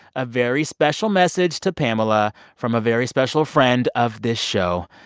a very special message to pamela from a very special friend of this show.